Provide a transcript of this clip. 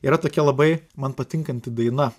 yra tokia labai man patinkanti daina